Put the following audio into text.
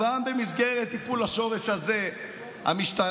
כבר במסגרת טיפול השורש הזה המשטרה